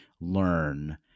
learn